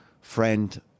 friend